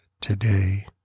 today